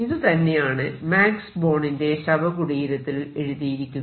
ഇത് തന്നെയാണ് മാക്സ് ബോണിന്റെ ശവകുടീരത്തിൽ എഴുതിയിരിക്കുന്നത്